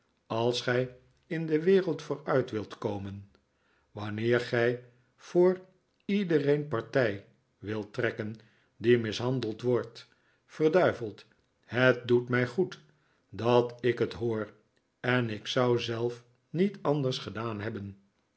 als gij in de wereld vooruit wilt komen wanneer gij voor iedereen partij wildet trekken die mishandeld wordt verduiveld het doet mij goed dat ik het hoor en ik zou zelf niet anders gedaan hebben